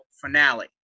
finale